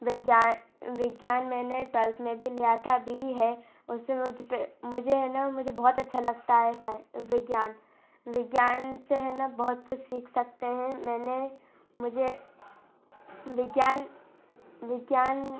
विज्ञान विज्ञान मैंने ट्वेल्थ में भी लिया था अभी भी है उसे मुझ पर मुझे है न मुझे बहुत अच्छा लगता है साइ विज्ञान विज्ञान से है न बहुत कुछ सीख सकते हैं मैंने मुझे विज्ञान विज्ञान